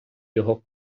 його